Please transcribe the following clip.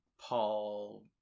Paul